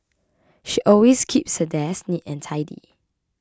she always keeps her desk neat and tidy